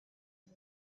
and